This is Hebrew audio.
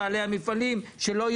אני מוכן להיות שותף לזה.